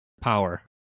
power